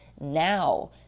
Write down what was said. now